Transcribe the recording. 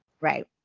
right